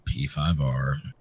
P5R